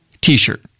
t-shirt